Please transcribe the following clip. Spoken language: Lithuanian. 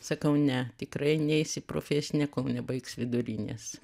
sakau ne tikrai neis į profesinę kol nebaigs vidurinės